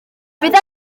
bydda